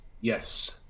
Yes